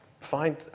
find